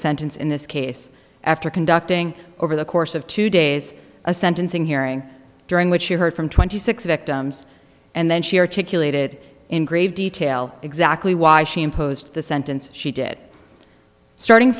sentence in this case after conducting over the course of two days a sentencing hearing during which she heard from twenty six victims and then she articulated in grave detail exactly why she imposed the sentence she did starting